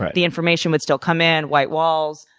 ah the information would still come in, white walls,